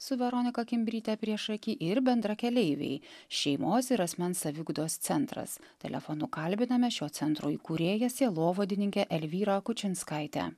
su veronika kimbryte priešaky ir bendrakeleiviai šeimos ir asmens saviugdos centras telefonu kalbiname šio centro įkūrėją sielovadininkę elvyrą kučinskaitę